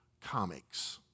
comics